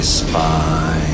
spy